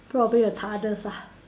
probably a ah